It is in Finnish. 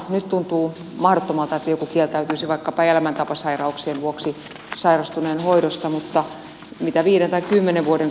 nyt tuntuu mahdottomalta että joku kieltäytyisi vaikkapa elämäntapasairauksien vuoksi sairastuneen hoidosta mutta mitä viiden tai kymmenen vuoden kuluttua